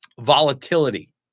volatility